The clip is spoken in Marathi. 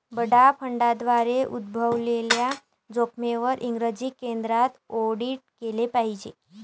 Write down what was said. बडा फंडांद्वारे उद्भवलेल्या जोखमींवर इंग्रजी केंद्रित ऑडिट केले पाहिजे